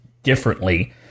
Differently